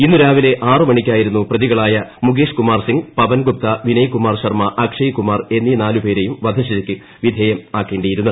ഇന്ന് രാവിലെ ആറ് മണിക്കായിരുന്നു പ്രതികളായ മുകേഷ് കുമാർ സിംഗ് പവൻ ഗുപ്ത വിനയ് കുമാർ ശർമ്മ അക്ഷയ് കുമാർ എന്നീ നാല് പേരെയും വധശിക്ഷയ്ക്ക് വിധേയമാക്കേണ്ടിയിരുന്നത്